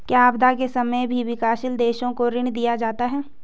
क्या आपदा के समय भी विकासशील देशों को ऋण दिया जाता है?